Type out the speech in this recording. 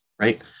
right